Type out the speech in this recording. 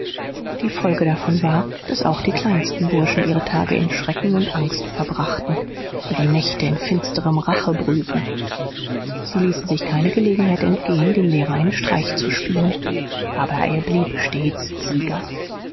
die folge davon war daß auch die kleinsten burschen ihre tage in schrecken und angst verbrachten ihre nächte in finsterem rachebrüten sie ließen sich keine gelegenheit entgehen dem lehrer einen streich zu spielen aber er blieb stets sieger